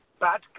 bad